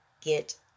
get